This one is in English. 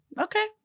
Okay